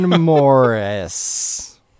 Morris